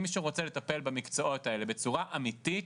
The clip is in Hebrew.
אם מישהו רוצה לטפל במקצועות האלה בצורה אמיתית,